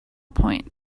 point